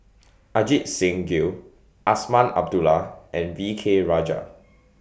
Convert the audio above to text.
Ajit Singh Gill Azman Abdullah and V K Rajah